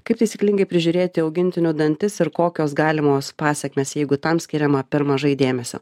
kaip taisyklingai prižiūrėti augintinių dantis ir kokios galimos pasekmės jeigu tam skiriama per mažai dėmesio